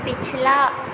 पिछला